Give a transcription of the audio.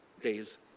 days